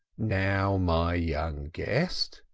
now, my young guest,